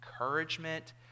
encouragement